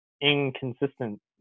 inconsistent